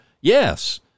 Yes